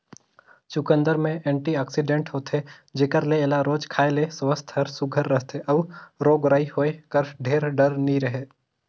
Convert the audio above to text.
चुकंदर में एंटीआक्सीडेंट होथे जेकर ले एला रोज खाए ले सुवास्थ हर सुग्घर रहथे अउ रोग राई होए कर ढेर डर नी रहें